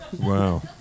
Wow